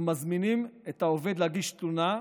אנחנו מזמנים את העובד להגיש תלונה,